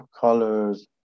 colors